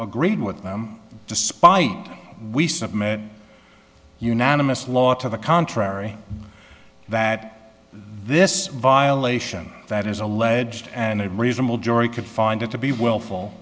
agreed with them despite we submit unanimous law to the contrary that this violation that is alleged and a reasonable jury could find it to be willful